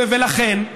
ולכן,